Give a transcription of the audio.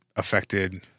affected